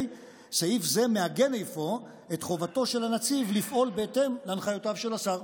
סעיף זה מעגן אפוא את חובתו של הנציב לפעול בהתאם להנחיותיו של השר.